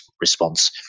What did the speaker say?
response